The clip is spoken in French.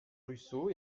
russo